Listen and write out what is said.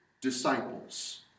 disciples